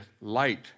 light